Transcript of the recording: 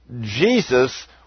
Jesus